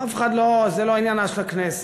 אף אחד לא, זה לא עניינה של הכנסת.